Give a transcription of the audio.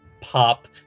pop